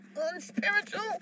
Unspiritual